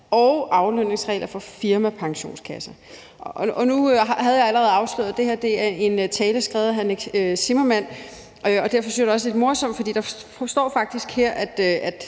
og aflønningsregler for firmapensionskasser. Nu har jeg allerede afsløret, at det her er en tale, der er skrevet af hr. Nick Zimmermann, og derfor synes jeg også, det er lidt morsomt, for der står faktisk her, at